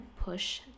push